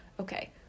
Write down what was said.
Okay